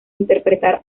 interpretar